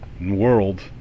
world